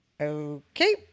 okay